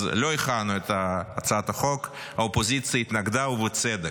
לא הכנו את הצעת החוק, האופוזיציה התנגדה ובצדק.